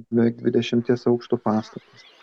beveik dvidešimties aukštų pastatas